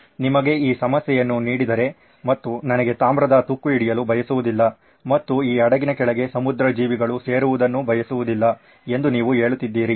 ನಿಮಗೆ ಈ ಸಮಸ್ಯೆಯನ್ನು ನೀಡಿದ್ದರೆ ಮತ್ತು ನನಗೆ ತಾಮ್ರದ ತುಕ್ಕುಹಿಡಿಯಲು ಬಯಸುವುದಿಲ್ಲ ಮತ್ತು ಈ ಹಡಗಿನ ಕೆಳಗೆ ಸಮುದ್ರ ಜೀವಿಗಳು ಸೇರುವುದನ್ನು ಬಯಸುವುದಿಲ್ಲ ಎಂದು ನೀವು ಹೇಳುತ್ತಿದ್ದೀರಿ